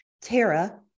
Tara